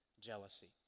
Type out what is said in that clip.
jealousy